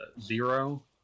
Zero